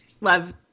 love